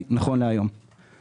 נמצא עדיין בבדיקה.